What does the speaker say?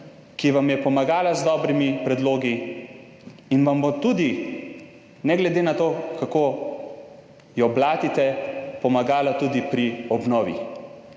ki vam je pomagala z dobrimi predlogi in vam bo tudi, ne glede na to, kako jo blatite, pomagala tudi pri obnovi.